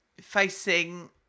Facing